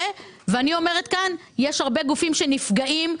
יש הרבה גופים שנפגעים,